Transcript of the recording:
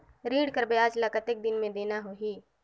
ऋण कर ब्याज ला कतेक दिन मे देना होही?